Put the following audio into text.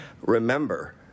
Remember